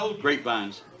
grapevines